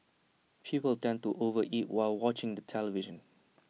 people tend to overeat while watching the television